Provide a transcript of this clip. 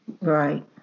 Right